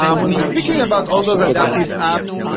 um when we're speaking about all those adaptive apps,